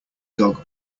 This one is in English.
dog